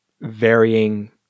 varying